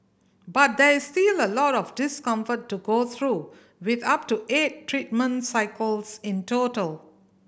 but there is still a lot of discomfort to go through with up to eight treatment cycles in total